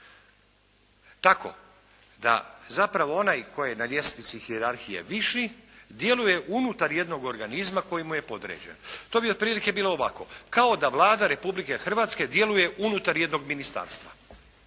tako da zapravo onaj tko je na ljestvici hijerarhije viši djeluje unutar jednog organizma koji mu je podređen. To bi otprilike bilo ovako, kao da Vlada Republike Hrvatske djeluje unutar jednog ministarstva,